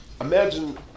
Imagine